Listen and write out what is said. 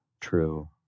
true